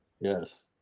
yes